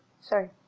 sorry